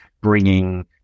bringing